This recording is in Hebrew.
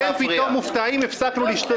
אתם פתאום מופתעים שהפסקנו לשתוק.